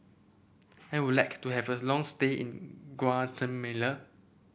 I would like to have a long stay in Guatemala